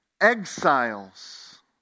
exiles